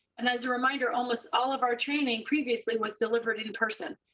and as a reminder, almost all of our training, previously, was delivered in person.